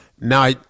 Now